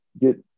get